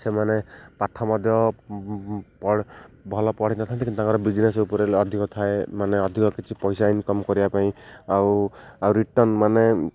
ସେମାନେ ପାଠ ମଧ୍ୟ ଭଲ ପଢ଼ିନଥାନ୍ତି କିନ୍ତୁ ତାଙ୍କର ବିଜିନେସ୍ ଉପରେ ଅଧିକ ଥାଏ ମାନେ ଅଧିକ କିଛି ପଇସା ଇନକମ୍ କରିବା ପାଇଁ ଆଉ ଆଉ ରିଟର୍ନ ମାନେ